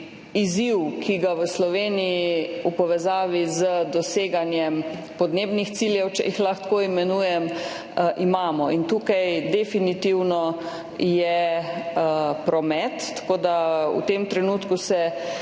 izziv, ki ga v Sloveniji v povezavi z doseganjem podnebnih ciljev, če jih lahko tako imenujem, imamo. In tukaj definitivno je promet. Tako da se v tem trenutku mi